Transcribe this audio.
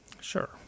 sure